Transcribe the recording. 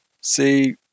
See